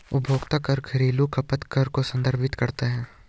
उपभोग कर घरेलू खपत कर को संदर्भित करता है